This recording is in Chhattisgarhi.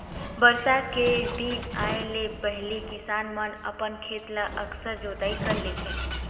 बरसा के दिन आए ले पहिली किसान मन अपन खेत ल अकरस जोतई कर लेथे